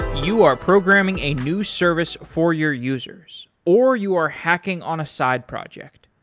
you are programming a new service for your users or you are hacking on a side project.